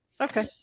okay